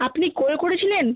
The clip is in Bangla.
আপনি কল করেছিলেন